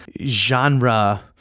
genre